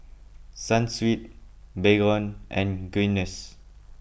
Sunsweet Baygon and Guinness